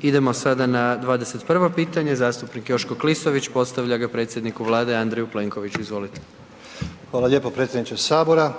Idemo sada na 21 pitanje, zastupnik Joško Klisović postavlja ga predsjedniku Vlade Andreju Plenkoviću. Izvolite. **Klisović, Joško (SDP)** Hvala lijepo predsjedniče Sabora.